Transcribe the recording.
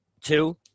Two